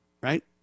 right